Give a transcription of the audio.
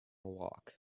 walk